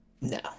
no